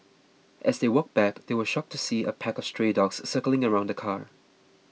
as they walked back they were shocked to see a pack of stray dogs circling around the car